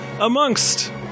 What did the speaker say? amongst